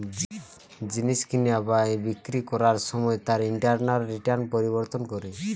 জিনিস কিনা বা বিক্রি করবার সময় তার ইন্টারনাল রিটার্ন পরিবর্তন করে